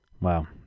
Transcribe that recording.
Wow